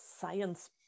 science